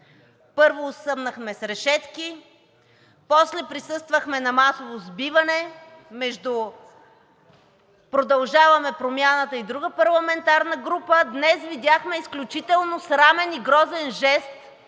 Първо, осъмнахме с решетки, после присъствахме на масово сбиване между „Продължаваме Промяната“ и друга парламентарна група. Днес видяхме изключително срамен и грозен жест